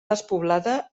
despoblada